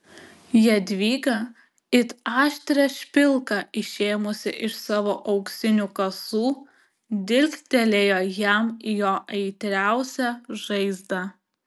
jadvyga it aštrią špilką išėmusi iš savo auksinių kasų dilgtelėjo jam į jo aitriausią žaizdą